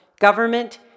Government